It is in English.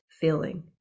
feeling